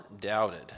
doubted